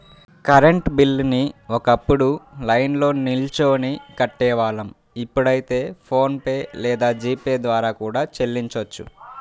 current బిల్లుని ఒకప్పుడు లైన్లో నిల్చొని కట్టేవాళ్ళం ఇప్పుడైతే ఫోన్ పే లేదా జీ పే ద్వారా కూడా చెల్లించొచ్చు